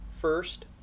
First